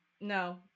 No